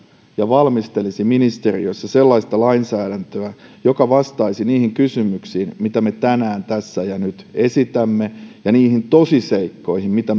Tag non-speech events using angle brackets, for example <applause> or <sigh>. ja valmistelisi ministeriössä sellaista lainsäädäntöä joka vastaisi niihin kysymyksiin mitä me tänään tässä ja nyt esitämme ja niihin tosiseikkoihin mitä <unintelligible>